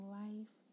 life